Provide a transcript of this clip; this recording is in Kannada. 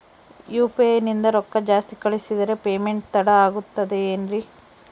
ಯು.ಪಿ.ಐ ನಿಂದ ರೊಕ್ಕ ಜಾಸ್ತಿ ಕಳಿಸಿದರೆ ಪೇಮೆಂಟ್ ತಡ ಆಗುತ್ತದೆ ಎನ್ರಿ?